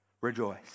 Rejoice